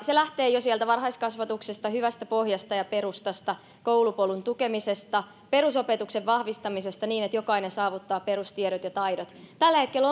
se lähtee jo sieltä varhaiskasvatuksesta hyvästä pohjasta ja perustasta koulupolun tukemisesta ja perusopetuksen vahvistamisesta niin että jokainen saavuttaa perustiedot ja taidot tällä hetkellä